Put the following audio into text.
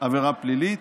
עבירה פלילית.